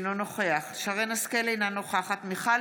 אינו נוכח שרן מרים השכל, אינה נוכחת מיכל